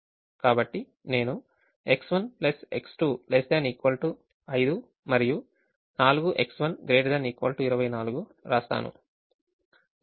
కాబట్టి నేను X1 X2 ≤ 5 మరియు 4X1 ≥ 24 వ్రాస్తాను